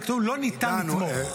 כתוב לא ניתן לתמוך.